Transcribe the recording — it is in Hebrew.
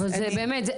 זה, באמת.